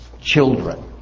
children